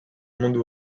monde